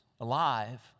alive